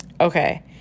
Okay